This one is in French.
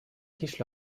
quiche